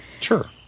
Sure